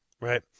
right